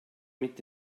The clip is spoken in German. mit